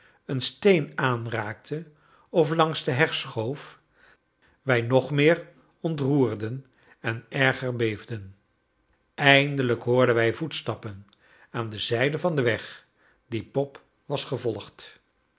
een steen aanraakte of langs de heg schoof wij nog meer ontroerden en erger beefden eindelijk hoorden wij voetstappen aan de zijde van den weg dien bob was gevolgd